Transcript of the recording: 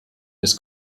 des